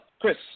Chris